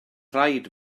rhaid